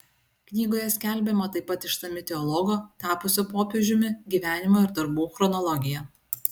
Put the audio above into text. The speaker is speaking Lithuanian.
knygoje skelbiama taip pat išsami teologo tapusio popiežiumi gyvenimo ir darbų chronologija